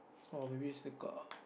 or maybe is the car